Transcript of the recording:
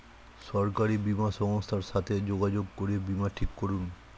সরকারি বীমা সংস্থার সাথে যোগাযোগ করে বীমা ঠিক করুন